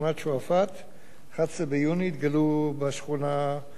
התגלו בשכונה הסמוכה לצומת הגבעה-הצרפתית,